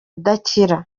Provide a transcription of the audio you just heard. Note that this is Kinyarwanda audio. udakira